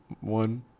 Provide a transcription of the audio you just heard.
one